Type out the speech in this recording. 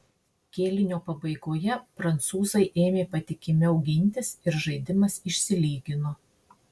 kėlinio pabaigoje prancūzai ėmė patikimiau gintis ir žaidimas išsilygino